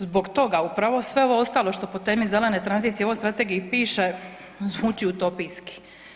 Zbog toga upravo sve ovo ostalo što po temi zelene tranzicije u ovoj strategiji piše zvuči utopijski.